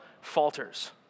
falters